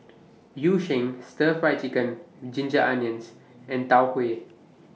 Yu Sheng Stir Fried Chicken with Ginger Onions and Tau Huay